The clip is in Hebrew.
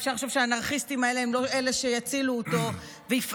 אפשר לחשוב שהאנרכיסטים האלה הם לא אלה שיצילו אותו ויפעלו,